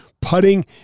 Putting